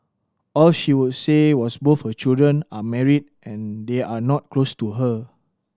all she would say was both her children are married and they are not close to her